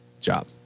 job